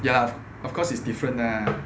ya of course it's different lah